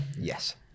Yes